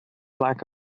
lack